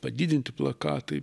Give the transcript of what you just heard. padidinti plakatai